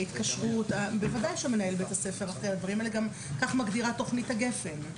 וההתקשרות, וכך גם מגדירה התכנית הגפ"ן.